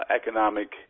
economic